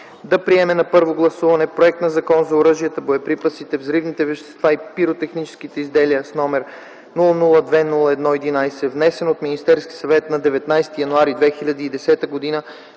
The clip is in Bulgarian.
да приеме на първо гласуване Законопроект за оръжията, боеприпасите, взривните вещества и пиротехническите изделия, № 002-01-11, внесен от Министерския съвет на 19 януари 2010 г.,